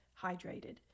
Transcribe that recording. hydrated